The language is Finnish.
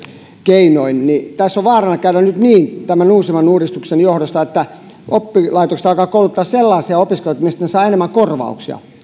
keinoin niin tässä on vaarana käydä nyt niin tämän uusimman uudistuksen johdosta että oppilaitokset alkavat kouluttaa sellaisia opiskelijoita mistä ne saavat enemmän korvauksia